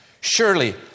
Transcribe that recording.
Surely